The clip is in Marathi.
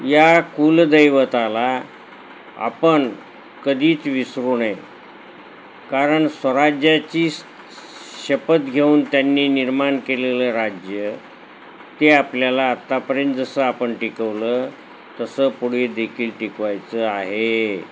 या कुलदैवताला आपण कधीच विसरू नये कारण स्वराज्याची श शपथ घेऊन त्यांनी निर्माण केलेलं राज्य ते आपल्याला आत्तापर्यंत जसं आपण टिकवलं तसं पुढे देखील टिकवायचं आहे